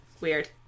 Weird